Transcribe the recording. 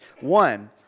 One